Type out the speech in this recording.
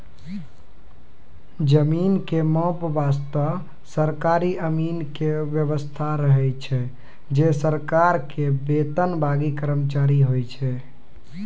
जमीन के माप वास्तॅ सरकारी अमीन के व्यवस्था रहै छै जे सरकार के वेतनभागी कर्मचारी होय छै